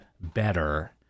better